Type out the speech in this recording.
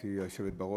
גברתי היושבת-ראש,